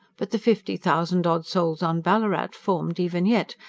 but the fifty thousand odd souls on ballarat formed, even yet,